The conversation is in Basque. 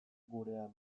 gurean